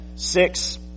six